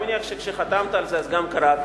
אני מניח שכשחתמת על זה גם קראת,